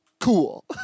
cool